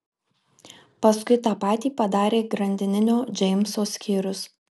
paskui tą patį padarė grandinio džeimso skyrius